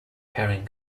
herring